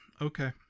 okay